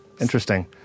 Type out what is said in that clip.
Interesting